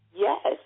Yes